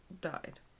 died